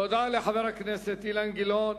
תודה לחבר הכנסת אילן גילאון.